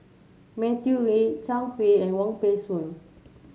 Matthew Ngui Zhang Hui and Wong Peng Soon